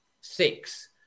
six